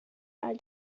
are